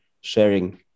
sharing